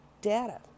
data